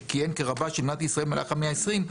שכיהן כרבה של מדינת ישראל במהלך המאה ה-20,